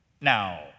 Now